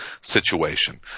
situation